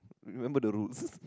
remember the rules